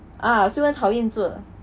uh 所以很讨厌做